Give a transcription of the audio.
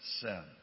sin